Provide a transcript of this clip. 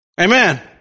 Amen